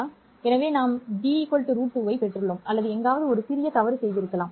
எனவே நாம் b √2 ஐப் பெற்றுள்ளோம் அல்லது எங்காவது ஒரு சிறிய தவறு செய்திருக்கலாம்